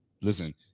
Listen